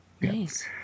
Nice